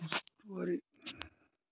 واریاہ